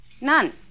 None